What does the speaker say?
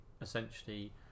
essentially